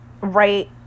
right